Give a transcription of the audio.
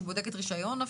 שבודקת רישיון?